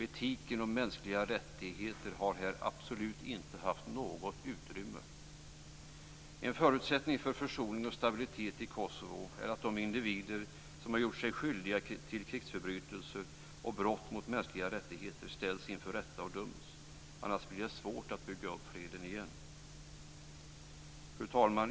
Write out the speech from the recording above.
Etiken och mänskliga rättigheter hade där absolut inget utrymme. En förutsättning för försoning och stabilitet i Kosovo är att de individer som gjort sig skyldiga till krigsförbrytelser och brott mot de mänskliga rättigheterna ställs inför rätta och döms. Annars blir det svårt att bygga upp freden igen. Herr talman!